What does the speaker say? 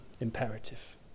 imperative